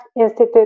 Institute